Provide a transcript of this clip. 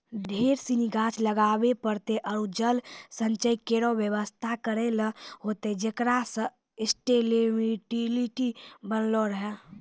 ढेर सिनी गाछ लगाबे पड़तै आरु जल संचय केरो व्यवस्था करै ल होतै जेकरा सें सस्टेनेबिलिटी बनलो रहे